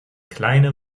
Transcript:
kleine